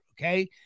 okay